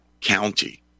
county